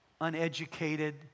uneducated